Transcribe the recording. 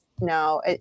No